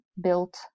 built